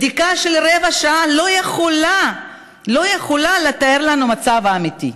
בדיקה של רבע שעה לא יכולה לתאר לנו את המצב האמיתי.